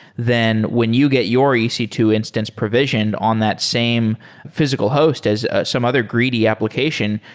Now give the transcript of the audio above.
then when you get your e c two instance provision on that same physical host as some other greedy application,